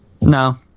No